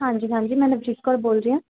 ਹਾਂਜੀ ਹਾਂਜੀ ਮੈਂ ਨਵਜੀਤ ਕੌਰ ਬੋਲ ਰਹੀ ਹਾਂ